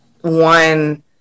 one